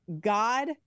God